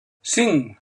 cinc